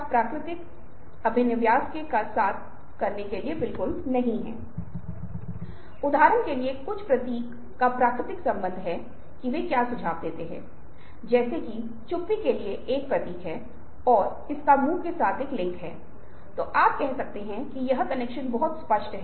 कृष्ण अर्जुन को विभिन्न रणनीतियों के माध्यम से लड़ने के लिए राजी करने में सक्षम रहे हैं इसे करने के विभिन्न तरीकों का मतलब यह नहीं है कि उसने जो किया है वह जरूरी असत्य है उसने जो किया है वह जरूरी हेरफेर है जो भगवान कृष्ण ने किया है वह अनिवार्य रूप से अर्जुन को धोखा दे रहा है